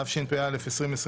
התשפ"א-2021,